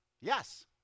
Yes